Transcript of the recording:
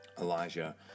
Elijah